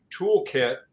toolkit